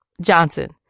Johnson